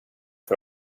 för